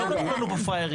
לא כתוב לנו פה פראיירים.